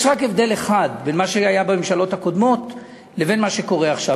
יש רק הבדל אחד בין מה שהיה בממשלות הקודמות לבין מה שקורה עכשיו.